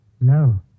No